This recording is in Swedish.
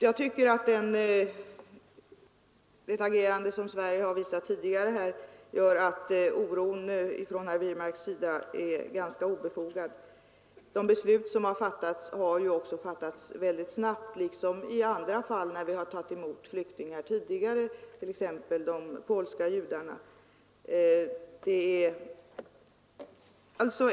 Jag tycker att Sveriges agerande tidigare gör att herr Wirmarks oro är obefogad. De beslut som har fattats har fattats mycket snabbt liksom i andra tidigare fall när vi har tagit emot flyktingar — t.ex. de polska judarna.